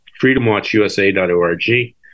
freedomwatchusa.org